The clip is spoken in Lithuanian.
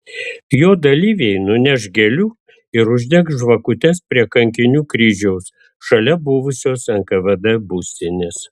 jo dalyviai nuneš gėlių ir uždegs žvakutes prie kankinių kryžiaus šalia buvusios nkvd būstinės